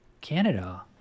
Canada